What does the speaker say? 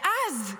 ואז,